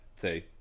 two